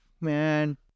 Man